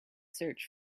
search